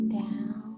down